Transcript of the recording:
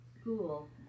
school